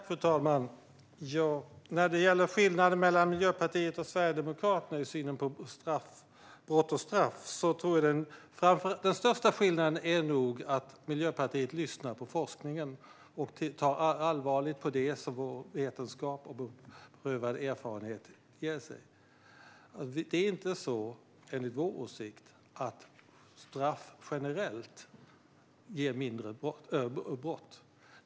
Fru talman! När det gäller skillnaden mellan Miljöpartiet och Sverigedemokraterna i synen på brott och straff är nog den största skillnaden att Miljöpartiet lyssnar på forskningen och tar allvarligt på det som vetenskap och beprövad erfarenhet visar. Det är inte så, enligt vår åsikt, att straff generellt ger färre brott.